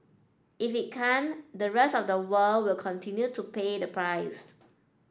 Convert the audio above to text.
if it can't the rest of the world will continue to pay the price